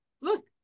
look